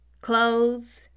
clothes